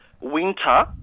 winter